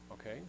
okay